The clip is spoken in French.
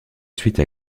suite